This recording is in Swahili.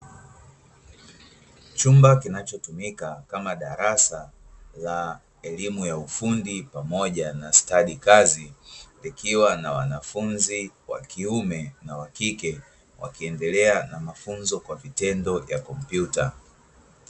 Chumba kinachotumika kama darasa la elimu ya ufundi pamoja na stadi kazi, likiwa na wanafunzi wakiume na wakike wakiendelea na mafunzo kwa vitendo vya kompyuta.